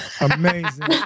Amazing